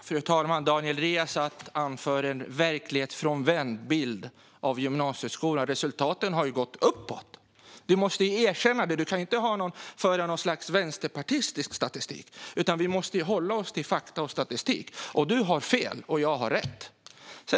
Fru talman! Daniel Riazat ger en verklighetsfrånvänd bild av gymnasieskolan. Resultaten har ju gått uppåt. Du måste erkänna det, Daniel Riazat. Du kan inte föra fram något slags vänsterpartistisk statistik, utan vi måste hålla oss till fakta och statistik. Och du har fel, och jag har rätt.